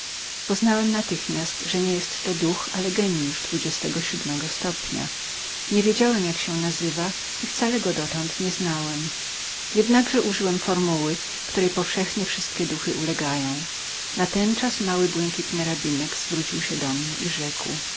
poznałem natychmiast że nie był to duch ale gieniusz dwudziestego siódmego stopnia niewiedziałem jak się nazywa i wcale go dotąd nie znałem jednakże użyłem formuły której powszechnie wszystkie duchy ulegają natenczas mały błękitny rabinek zwrócił się do mnie i rzekł